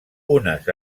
unes